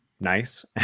nice